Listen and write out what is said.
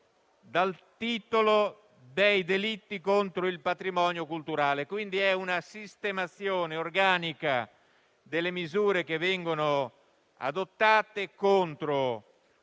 dal titolo: «Dei delitti contro il patrimonio culturale». Si tratta, quindi, di una sistemazione organica delle misure che vengono adottate contro